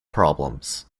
problems